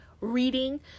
reading